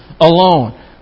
alone